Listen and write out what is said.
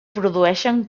produeixen